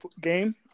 game